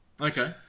Okay